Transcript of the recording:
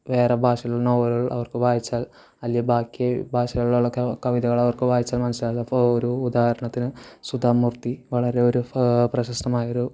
വേറെ ഭാഷയിലെ നോവലുകൾ അവർക്ക് വായിച്ചാൽ അല്ലെങ്കിൽ ബാക്കി ഭാഷകളിലൊക്കെ കവിതകൾ അവർക്ക് വായിച്ചാൽ മനസ്സിലാവില്ല അപ്പോൾ ഒരു ഉദാഹരണത്തിന് സുധമൂർത്തി വളരെ ഒരു പ്രശസ്തമായൊരു